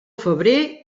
febrer